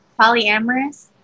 polyamorous